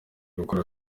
gukora